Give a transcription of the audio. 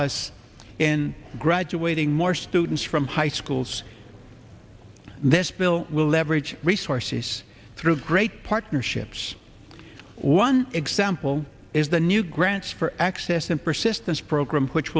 us in graduating more students from high schools this bill will leverage resources through great partnerships one example is the new grants for access and persistence program which